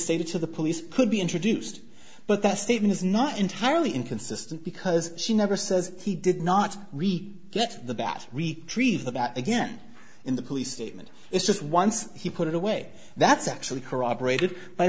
stated to the police could be introduced but that statement is not entirely inconsistent because she never says he did not read the bat retrieve that again in the police statement it's just once he put it away that's actually corroborated by